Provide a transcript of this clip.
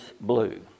blue